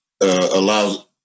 allows